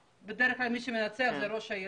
בדרך כלל מי שמנצח זה ראש העיר.